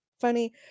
funny